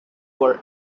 were